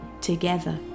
together